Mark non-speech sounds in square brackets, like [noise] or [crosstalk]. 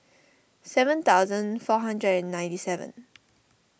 seven thousand four hundred and ninety seven [noise]